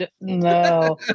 no